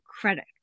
credit